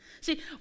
See